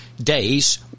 days